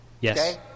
Yes